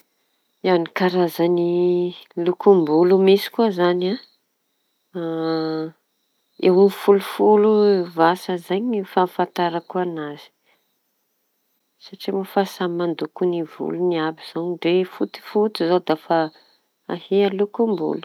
Ny karazan lokom-bolo misy koa izañy an! Eo amin'ny folo folo eo vasa fahafantarako an'azy satria moa samy mandoky ny volony àby zao ndre foty foty zao da fa ahia lokom-bolo.